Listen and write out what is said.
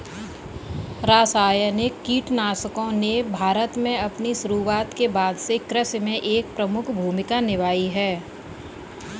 रासायनिक कीटनाशकों ने भारत में अपनी शुरुआत के बाद से कृषि में एक प्रमुख भूमिका निभाई है